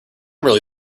really